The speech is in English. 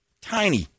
Tiny